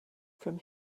from